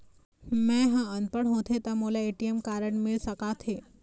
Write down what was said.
मैं ह अनपढ़ होथे ता मोला ए.टी.एम कारड मिल सका थे?